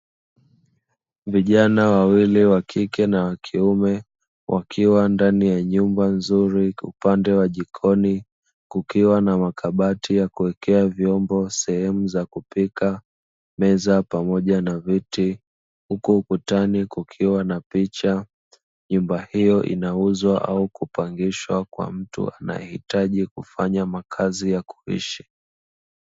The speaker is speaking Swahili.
Vijana wawili wa kike na wa kiume, wakiwa ndani ya nyumba nzuri upande wa jikoni. Kukiwa na makabati ya kuwekea vyombo sehemu za kupika, meza pamoja na viti. Huku ukutani kukiwa na picha, nyumba hiyo inauzwa au kupangishwa kwa mtu anayehitaji kufanya makazi ya kuishi.